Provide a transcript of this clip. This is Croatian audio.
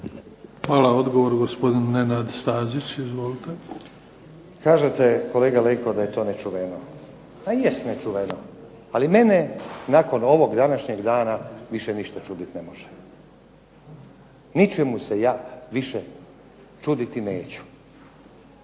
Hvala. Odgovor, gospodin Nenad Stazić. Izvolite. **Stazić, Nenad (SDP)** Kažete kolega Leko da je to nečuveno. Ma i jest nečuveno, ali mene nakon ovog današnjeg dana više ništa čudit ne može. Ničemu se ja više čuditi neću,